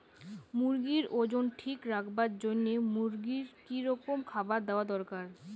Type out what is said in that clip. মুরগির ওজন ঠিক রাখবার জইন্যে মূর্গিক কি রকম খাবার দেওয়া দরকার?